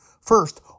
First